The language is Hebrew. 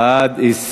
בעד, 20,